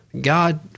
God